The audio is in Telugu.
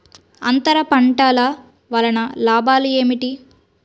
అంతర పంటల వలన లాభాలు ఏమిటి?